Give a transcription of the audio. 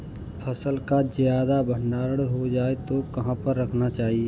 फसल का ज्यादा भंडारण हो जाए तो कहाँ पर रखना चाहिए?